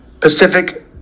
Pacific